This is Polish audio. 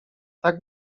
tak